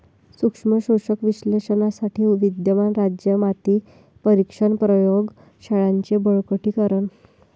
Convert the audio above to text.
सूक्ष्म पोषक विश्लेषणासाठी विद्यमान राज्य माती परीक्षण प्रयोग शाळांचे बळकटीकरण